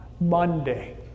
Monday